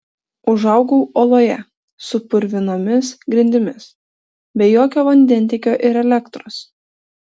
užaugau oloje su purvinomis grindimis be jokio vandentiekio ir elektros